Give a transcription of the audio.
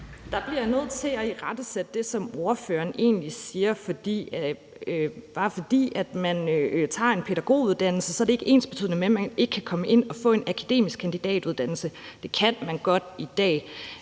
Der bliver jeg nødt til at rette ordføreren i det, ordføreren siger, for bare fordi man tager en pædagoguddannelse, er det ikke ensbetydende med, at man ikke kan komme ind og få en akademisk kandidatuddannelse. Det kan man godt i dag.